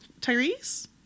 Tyrese